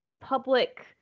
public